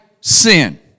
sin